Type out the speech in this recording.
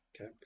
Okay